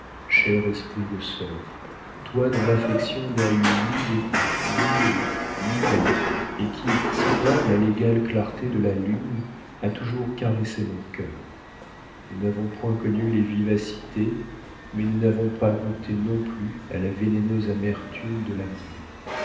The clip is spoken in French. esprit de sœur toi dont l'affection n'a eu ni dégoûts ni hauts ni bas et qui semblable à l'égale clarté de la lune as toujours caressé mon cœur nous n'avons point connu les vivacités mais nous n'avons pas goûté non plus à la vénéneuse amertume de l'amour